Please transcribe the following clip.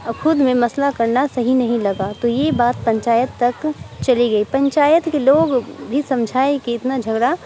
اور خود میں مسئلہ کرنا صحیح نہیں لگا تو یہ بات پنچایت تک چلی گئی پنچایت کے لوگ بھی سمجھائے کہ اتنا جھگڑا